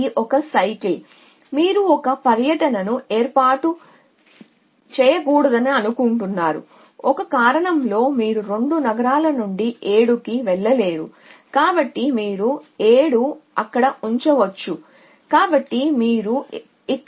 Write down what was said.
ఇది ఒక చక్రం మీరు ఒక పర్యటనను ఏర్పాటు చేయకూడదనుకుంటున్నారు ఒకే కారణంతో మీరు 2 నగరాల నుండి 7 కి వెళ్ళలేరు కాబట్టి మీరు 7 అక్కడ ఉంచవచ్చు